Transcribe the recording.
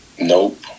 Nope